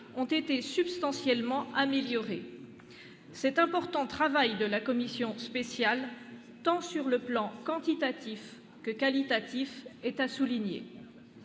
ont été substantiellement améliorés. Cet important travail de la commission spéciale, sur le plan tant quantitatif que qualitatif, est à souligner.